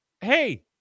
hey